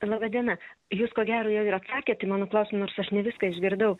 laba diena jūs ko gero jau ir atsakėt į mano klausimą nors aš ne viską išgirdau